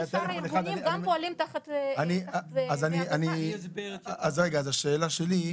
כל שאר הארגונים גם פועלים תחת 101. השאלה שלי: